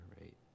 right